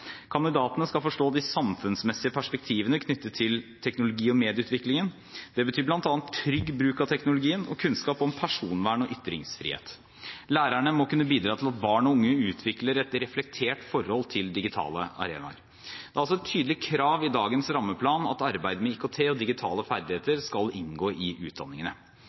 Kandidatene skal forstå de samfunnsmessige perspektivene knyttet til teknologi- og medieutviklingen. Det betyr bl.a. trygg bruk av teknologien og kunnskap om personvern og ytringsfrihet. Lærerne må kunne bidra til at barn og unge utvikler et reflektert forhold til digitale arenaer. Det er altså et tydelig krav i dagens rammeplan at arbeidet med IKT og digitale ferdigheter skal inngå i utdanningene. Men representanten Benestad er jo interessert i de nye utdanningene